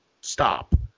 stop